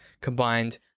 combined